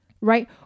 right